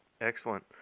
Excellent